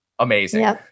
Amazing